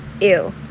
Ew